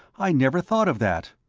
i never thought of that!